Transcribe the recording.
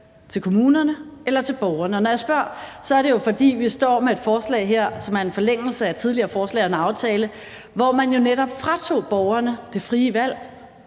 til kommunerne eller til borgerne? Og når jeg spørger, er det, fordi vi står med et forslag her, som er en forlængelse af et tidligere forslag og en aftale, hvor man jo netop fratog borgerne det frie valg,